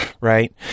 right